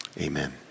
Amen